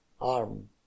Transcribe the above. arm